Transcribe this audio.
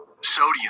sodium